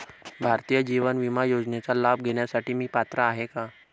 भारतीय जीवन विमा योजनेचा लाभ घेण्यासाठी मी पात्र आहे का?